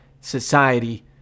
society